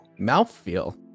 Mouthfeel